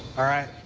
all right,